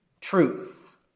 truth